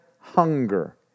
hunger